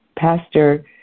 Pastor